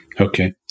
Okay